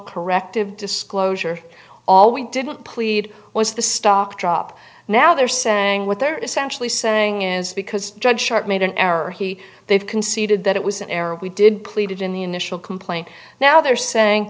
corrective disclosure all we didn't plead was the stock drop now they're saying what they're essentially saying is because judge sharpe made an error he they've conceded that it was an error we did pleaded in the initial complaint now they're saying